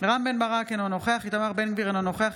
רם בן ברק, אינו נוכח איתמר בן גביר, אינו נוכח